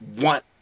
want